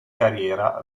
carriera